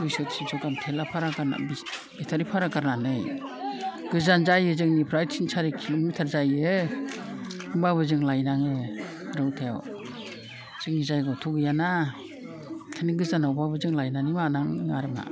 दुइस' थिनस' गाहाम थेला भारा गारनानै बेटारि भारा गारनानै गोजान जायो जोंनिफ्राय थिन सारि किल'मिटार जायो होमबाबो जों लायनाङो रौथायाव जोंनि जायगायावथ' गैयाना ओंंखायनो गोजानावबाबो जों लायनानै मानाङो आरोमा